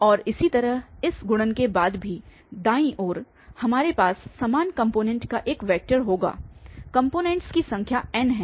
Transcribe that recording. और इसी तरह इस गुणन के बाद भी दाईं ओर हमारे पास समान कॉम्पोनेंट का एक वेक्टर होगा कॉम्पोनेंटस की संख्या n है